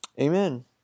Amen